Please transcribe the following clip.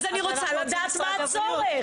אז אני רוצה לדעת מה הצורך.